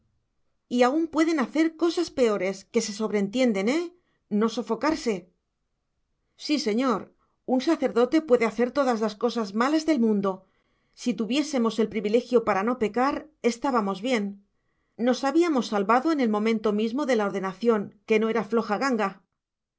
y aún puede hacer cosas peores que se sobrentienden eh no sofocarse sí señor un sacerdote puede hacer todas las cosas malas del mundo si tuviésemos privilegio para no pecar estábamos bien nos habíamos salvado en el momento mismo de la ordenación que no era floja ganga